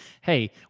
hey